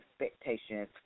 expectations